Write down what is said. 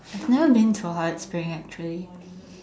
I've never been to a hot string actually